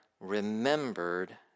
remembered